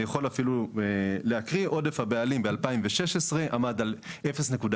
אני יכול אפילו להקריא: ״עודף הבעלים בשנת 2016 עמד על 0,13,